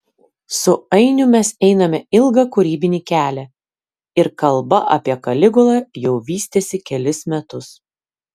su ainiu mes einame ilgą kūrybinį kelią ir kalba apie kaligulą jau vystėsi kelis metus